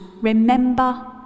Remember